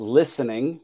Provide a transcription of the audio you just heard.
listening